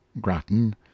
Grattan